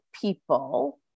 people